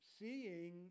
Seeing